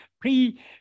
pre